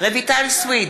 רויטל סויד,